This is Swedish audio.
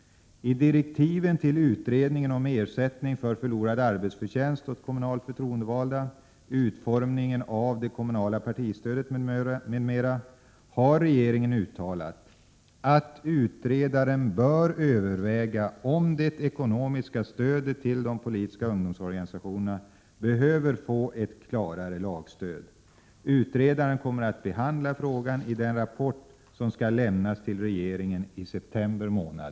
I direktiven till utredningen om ersättning för förlorad arbetsförtjänst åt kommunalt förtroendevalda, utformning av det kommunala partistödet m.m. har regeringen uttalat att utredaren bör överväga om det ekonomiska stödet till de politiska ungdomsorganisationerna behöver få ett klarare lagstöd. Utredaren kommer att behandla frågan i den rapport som skall lämnas till regeringen i september månad.